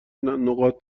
نقاط